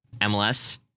MLS